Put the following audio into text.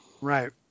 Right